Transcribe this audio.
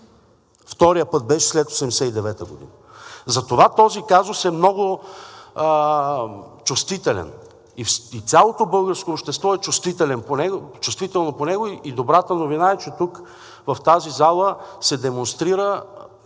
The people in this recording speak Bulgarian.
Вторият път беше след 1989 г. Затова този казус е много чувствителен. И цялото българско общество е чувствително по него. И добрата новина е, че тук в тази зала се демонстрира